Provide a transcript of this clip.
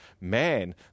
man